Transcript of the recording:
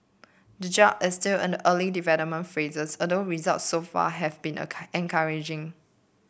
the drug is still in the early development phases although results so far have been encouraging